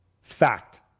Fact